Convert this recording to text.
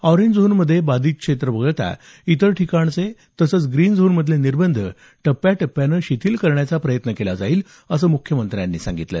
orange zone मध्ये बाधित क्षेत्र वगळता इतर ठिकाणचे तसंच ग्रीन झोनमधले निर्बंध टप्प्या टप्प्याने शिथील करण्याचा प्रयत्न केला जाईल असं मुख्यमंत्र्यांनी सांगितलं